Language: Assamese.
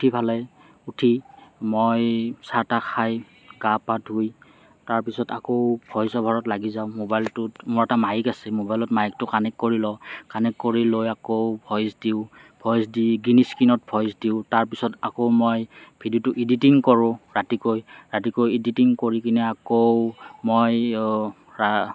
উঠি পেলাই উঠি মই চাহ তাহ খাই গা পা ধুই তাৰপাছত আকৌ ভইচ অভাৰত লাগি যাওঁ মোবাইলটোত মোৰ এটা মাইক আছে মোবাইলত মাইকটো কানেক্ট কৰি লওঁ কানেক্ট কৰি লৈ আকৌ ভইচ দিওঁ ভইচ দি গিনি স্কিনত ভইচ দিওঁ তাৰপিছত মই আকৌ মই ভিডিঅ'টো ইডিটিং কৰোঁ ৰাতিকৈ ৰাতিকৈ ইডিটিং কৰিকিনে আকৌ মই